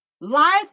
Life